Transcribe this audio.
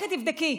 לכי תבדקי.